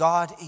God